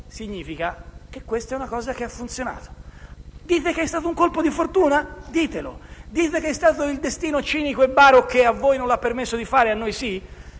Significa che questa operazione ha funzionato. Dite che è stato un colpo di fortuna? Ditelo. Dite che è stato il destino cinico e baro che a voi non l'ha permesso di fare e a noi sì?